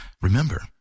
remember